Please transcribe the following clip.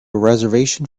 reservation